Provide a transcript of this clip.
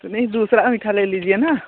तो नहीं दूसरा मीठा ले लीजिए ना